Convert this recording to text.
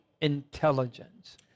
intelligence